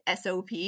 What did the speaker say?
SOP